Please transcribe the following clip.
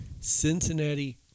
cincinnati